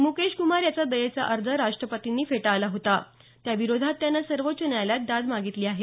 मुकेशकुमार याचा दयेचा अर्ज राष्ट्रपतींनी फेटाळला होता त्या विरोधात त्यानं सर्वोच्च न्यायालयात दाद मागितली आहे